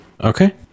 Okay